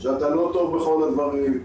שאתה לא טוב בכל הדברים,